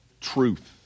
truth